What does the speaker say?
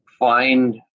Find